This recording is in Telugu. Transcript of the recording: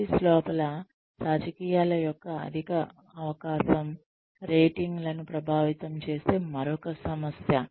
ఆఫీస్ లోపల రాజకీయాల యొక్క అధిక అవకాశం రేటింగ్ లను ప్రభావితం చేసే మరొక సమస్య